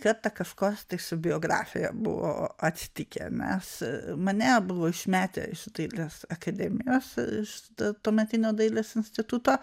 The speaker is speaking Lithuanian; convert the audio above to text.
kartą kažkas tai su biografija buvo atsitikę nes mane buvo išmetę iš dailės akademijos iš tuometinio dailės instituto